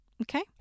Okay